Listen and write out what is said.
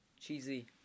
Cheesy